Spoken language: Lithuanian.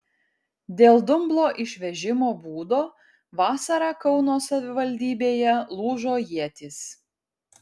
dėl dumblo išvežimo būdo vasarą kauno savivaldybėje lūžo ietys